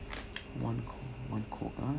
one hot one cold ah